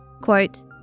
Quote